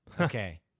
Okay